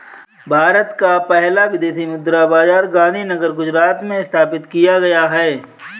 भारत का पहला विदेशी मुद्रा बाजार गांधीनगर गुजरात में स्थापित किया गया है